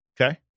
Okay